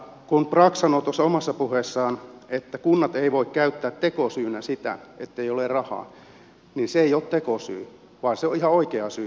kun brax sanoi omassa puheessaan että kunnat eivät voi käyttää tekosyynä sitä ettei ole rahaa niin se ei ole tekosyy vaan se on ihan oikea syy